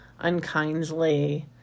unkindly